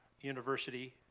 University